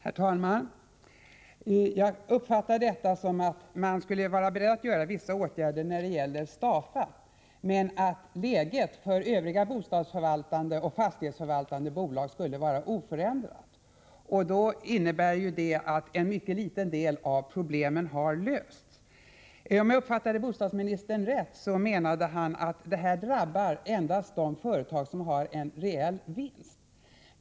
Herr talman! Jag uppfattar detta så, att man skulle vara beredd att vidta vissa åtgärder när det gäller Stafa men att läget för övriga bostadsoch fastighetsförvaltande bolag skulle vara oförändrat. Det innebär att en mycket liten del av problemen har lösts. Om jag uppfattade bostadsministern rätt, menade han att vinstdelningsskatten endast drabbar de företag som har en real vinst.